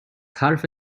حرفت